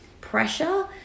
pressure